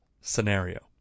scenario